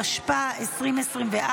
התשפ"ה 2024,